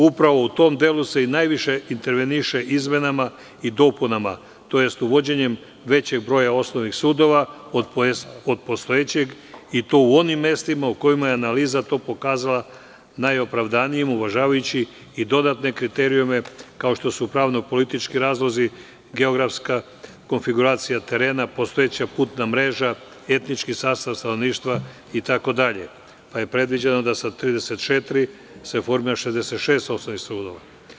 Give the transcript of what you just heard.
Upravo u tom delu se najviše interveniše izmenama i dopunama, tj. uvođenjem većeg broja osnovnih sudova od postojećeg i to u onim mestima u kojima je analiza za to pokazala najopravdaniji, uvažavajući i dodatne kriterijume, kao što su pravno-politički razlozi, geografska konfiguracija terena, postojeća putna mreža, etnički sastav stanovništva itd, pa je predviđeno da se sa 34 formira 66 osnovnih sudova.